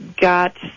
got